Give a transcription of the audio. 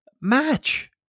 match